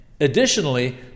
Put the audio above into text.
Additionally